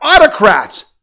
autocrats